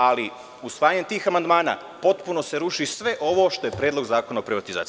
Ali, usvajanjem tih amandmana, potpuno se ruši sve ovo što je Predlog zakona o privatizaciji.